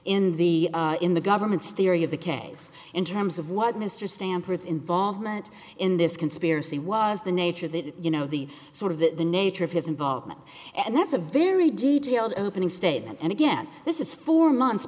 in the in the government's theory of the case in terms of what mr stanford's involvement in this conspiracy was the nature of the you know the sort of the nature of his involvement and that's a very detailed opening statement and again this is four months